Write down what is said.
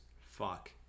fuck